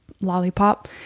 lollipop